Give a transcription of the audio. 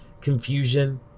confusion